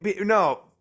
No